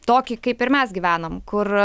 tokį kaip ir mes gyvenam kur